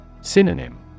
Synonym